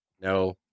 No